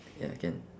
ya can